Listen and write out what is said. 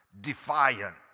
defiant